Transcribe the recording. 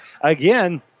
again